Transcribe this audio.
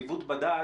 ניווט בדד